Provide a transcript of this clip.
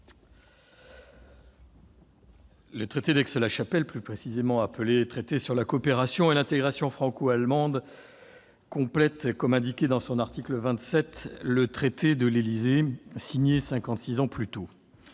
Le traité d'Aix-la-Chapelle, plus précisément appelé traité sur la coopération et l'intégration franco-allemandes, complète, comme indiqué en son article 27, le traité de l'Élysée signé cinquante-six ans plus tôt.